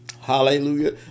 Hallelujah